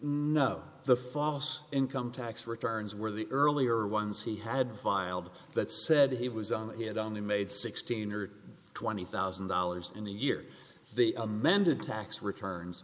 know the false income tax returns were the earlier ones he had filed that said he was he had only made sixteen or twenty thousand dollars in a year the amended tax returns